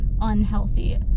unhealthy